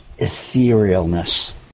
etherealness